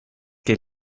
que